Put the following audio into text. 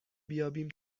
بیابیم